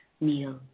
meal